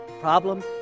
Problem